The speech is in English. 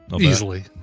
Easily